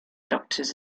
doctors